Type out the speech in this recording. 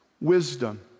Wisdom